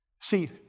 See